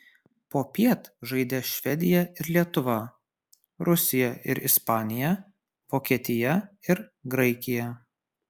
popiet žaidė švedija ir lietuva rusija ir ispanija vokietija ir graikija